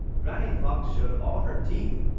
granny fox showed all her teeth.